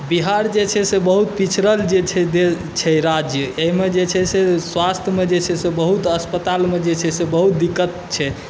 बिहार जे छै से बहुत पिछड़ल जे छै राज्य एहिमे जे छै से स्वास्थमे जे छै से बहुत अस्पतालमे जे छै से बहुत दिकक्त छै